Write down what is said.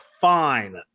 fine